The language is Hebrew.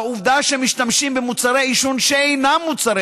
העובדה היא שמשתמשים במוצרי עישון שאינם מוצרי